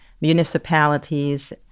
municipalities